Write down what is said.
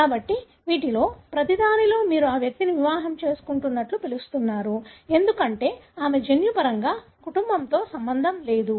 కాబట్టి వీటిలో ప్రతిదానిలో మీరు ఈ వ్యక్తిని వివాహం చేసుకున్నట్లు పిలుస్తున్నారు ఎందుకంటే ఆమెకు జన్యుపరంగా కుటుంబంతో సంబంధం లేదు